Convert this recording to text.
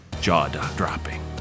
jaw-dropping